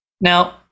now